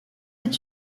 est